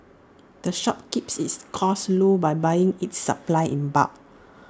the shop keeps its costs low by buying its supplies in bulk